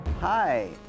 Hi